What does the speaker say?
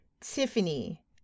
Tiffany